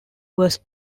was